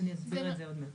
מה זה מרכז מהו"ת.